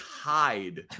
hide